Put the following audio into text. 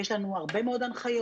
יש לנו הרבה מאוד הנחיות.